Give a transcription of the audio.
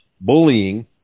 bullying